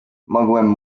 mogłem